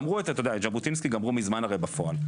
את ז'בוטינסקי גמרו מזמן בפועל,